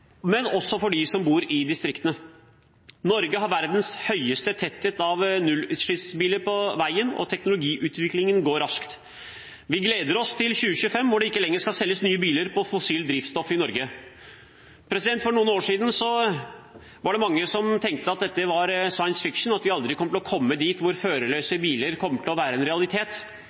for dem som bor i distriktene. Norge har verdens høyeste tetthet av nullutslippsbiler på veien, og teknologiutviklingen går raskt. Vi gleder oss til 2025, da det ikke lenger skal selges nye biler på fossilt drivstoff i Norge. For noen år siden var det mange som tenkte at dette var science fiction, og at vi aldri kom til å komme dit hvor førerløse biler er en realitet, men i dag har teknologien begynt å